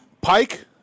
Pike